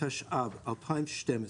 התשע"ב-2012